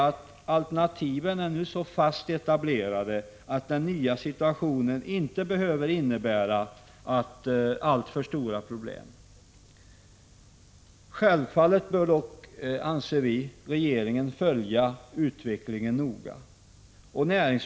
Men alternativen är nu så fast etablerade att den nya situationen inte behöver innebära alltför stora problem. Självfallet bör dock regeringen noga följa utvecklingen.